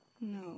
No